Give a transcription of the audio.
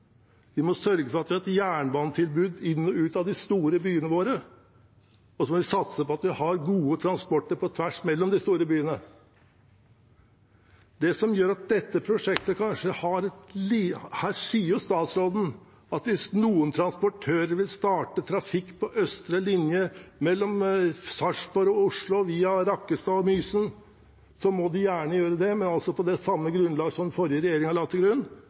Vi må sørge for at vi har et jernbanetilbud inn og ut av de store byene våre, og så må vi satse på at vi har god transport på tvers, mellom de store byene. Statsråden sier jo at hvis noen transportører vil starte trafikk på østre linje mellom Sarpsborg og Oslo via Rakkestad og Mysen, må de gjerne gjøre det, men på samme grunnlag som den forrige regjeringen la til grunn